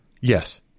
Yes